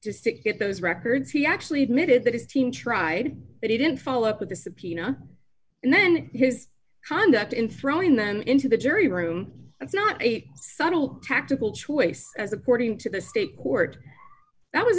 just to get those records he actually admitted that his team tried but he didn't follow up with the subpoena and then his conduct in throwing them into the jury room that's not a subtle tactical choice as according to the state court that was